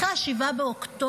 אחרי 7 באוקטובר,